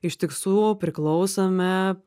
iš tiksų priklausome